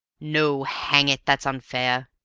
no, hang it, that's unfair!